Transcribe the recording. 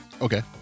Okay